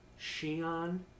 Shion